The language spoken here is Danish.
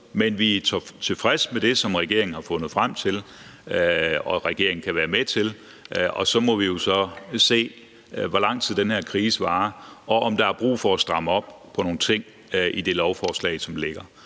Men vi er tilfredse med det, som regeringen har fundet frem til og kan være med til, og så må vi se, hvor lang tid den her krise varer, og om der er brug for at stramme op på nogle ting i det lovforslag, som ligger.